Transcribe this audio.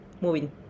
moving